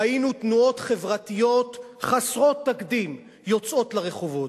ראינו תנועות חברתיות חסרות תקדים יוצאות לרחובות.